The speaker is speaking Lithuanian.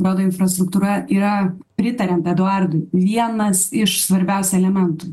gal infrastruktūra yra pritariant eduardui vienas iš svarbiausių elementų